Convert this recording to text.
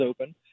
open